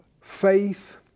faith